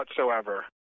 whatsoever